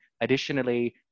Additionally